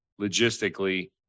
logistically